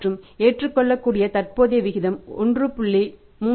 மற்றும் ஏற்றுக்கொள்ளக்கூடிய தற்போதைய விகிதம் 1